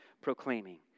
proclaiming